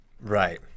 Right